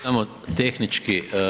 Samo tehnički.